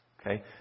Okay